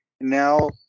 now